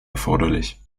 erforderlich